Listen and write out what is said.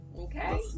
Okay